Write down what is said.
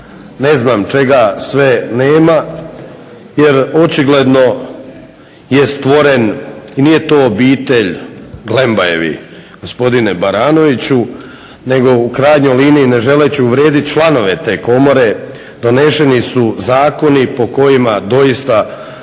ne znam čega sve nema jer očigledno je stvoren i nije to obitelj Glembajevih gospodine Baranoviću nego u krajnjoj liniji ne želeći uvrijediti članove te komore doneseni su zakoni po kojima doista ukoliko